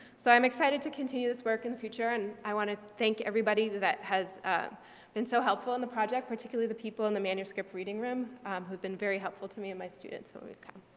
so i'm excited to continue this work in the future and i want to thank everybody that has been so helpful in the project particularly the people in the manuscript reading room who have been very helpful to me and my students when we come.